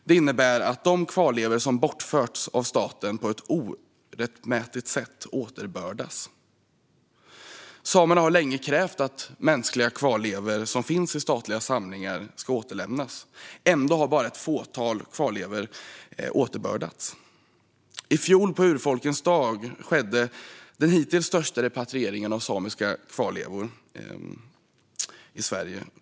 Det innebär att de kvarlevor som bortförts av staten på ett orättmätigt sätt återbördas. Samerna har länge krävt att mänskliga kvarlevor som finns i statliga samlingar ska återlämnas. Ändå har bara ett fåtal kvarlevor återbördats. I fjol på urfolkens dag skedde den hittills största repatrieringen av samiska kvarlevor i Sverige.